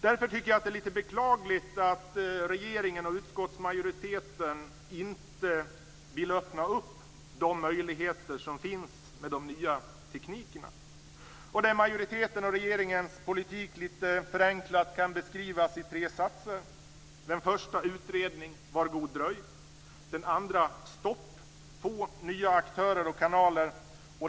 Därför tycker jag att det är litet beklagligt att regeringen och utskottsmajoriteten inte vill öppna de möjligheter som finns med de nya teknikerna. Majoritetens och regeringens politik kan litet förenklat beskrivas i tre satser. Den första är: Utredning var god dröj. Den andra är: Stopp. Få nya aktörer och kanaler.